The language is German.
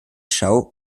show